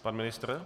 Pan ministr?